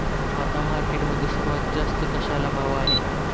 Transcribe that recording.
आता मार्केटमध्ये सर्वात जास्त कशाला भाव आहे?